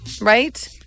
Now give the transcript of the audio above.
right